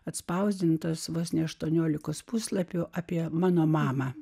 atspausdintas vos ne aštuoniolikos puslapių apie mano mamą